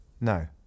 no